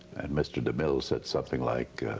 and mr. demille said something like,